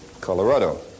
Colorado